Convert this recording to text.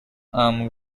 and